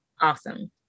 Awesome